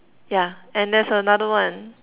yeah and there's another one